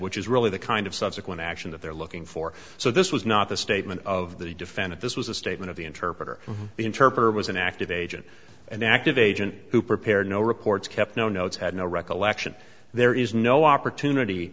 which is really the kind of subsequent action that they're looking for so this was not a statement of the defendant this was a statement of the interpreter the interpreter was an active agent an active agent who prepared no reports kept no notes had no recollection there is no opportunity